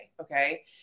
Okay